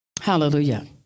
Hallelujah